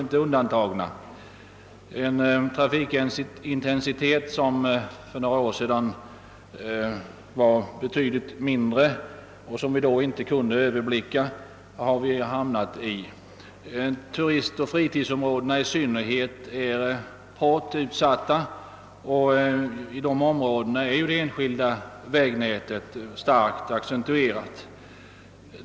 Vi har i dag en trafikintensitet som vi för bara några år sedan inte kunde förutse. Tu” ristoch fritidsområdena är därvidlag speciellt utsatta; där är också det enskilda vägnätet starkt accentuerat.